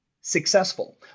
successful